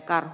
karhu